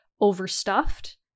overstuffed